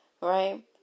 Right